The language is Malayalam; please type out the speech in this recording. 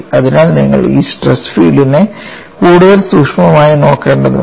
അതിനാൽ നിങ്ങൾ ഈ സ്ട്രെസ് ഫീൽഡിനെ കൂടുതൽ സൂക്ഷ്മമായി നോക്കേണ്ടതുണ്ട്